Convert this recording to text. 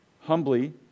humbly